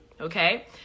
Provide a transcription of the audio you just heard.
okay